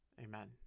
Amen